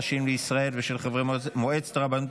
הראשיים לישראל ושל חברי מועצת הרבנות